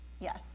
Yes